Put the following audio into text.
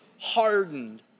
hardened